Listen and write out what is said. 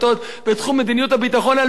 בתחום מדיניות הביטחון הלאומי,